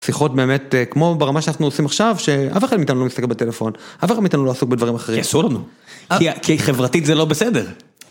שיחות באמת כמו ברמה שאנחנו עושים עכשיו, שאף אחד מאיתנו לא מסתכל בטלפון, אף אחד מאיתנו לא עסוק בדברים אחרים. כי אסור לנו. כי חברתית זה לא בסדר.